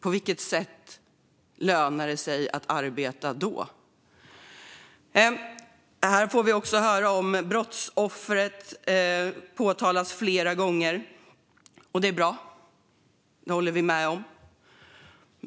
På vilket sätt lönar det sig att arbeta då? Här framhålls också brottsoffret flera gånger. Det är bra. Det håller vi med om.